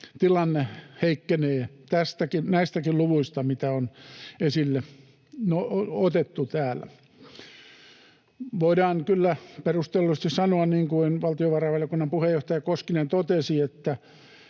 tilanne heikkenee näistäkin luvuista, mitä on esille otettu täällä. Voidaan kyllä perustellusti sanoa, niin kuin valtiovarainvaliokunnan puheenjohtaja Koskinen totesi, että